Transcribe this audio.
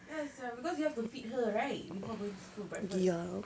ya sia because you have to feed her right before going to school breakfast